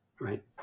Right